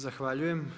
Zahvaljujem.